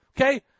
Okay